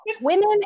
Women